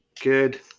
good